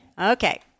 Okay